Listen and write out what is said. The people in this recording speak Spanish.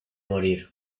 morir